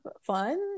fun